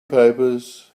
papers